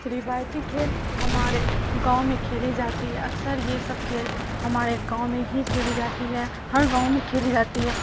روایتی کھیل ہمارے گاؤں میں کھیلی جاتی ہے اکثر یہ سب کھیل ہمارے گاؤں میں ہی کھیلی جاتی ہے ہر گاؤں میں کھیلی جاتی ہے